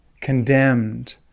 condemned